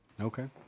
Okay